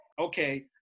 okay